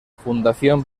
fundación